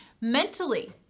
mentally